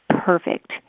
perfect